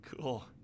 Cool